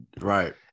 Right